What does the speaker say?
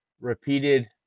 repeated